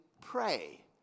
pray